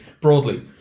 Broadly